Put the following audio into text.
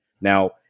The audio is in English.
Now